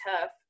tough